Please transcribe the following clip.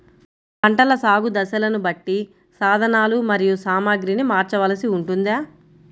పంటల సాగు దశలను బట్టి సాధనలు మరియు సామాగ్రిని మార్చవలసి ఉంటుందా?